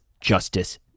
Justice